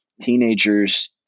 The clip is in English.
teenagers